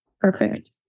perfect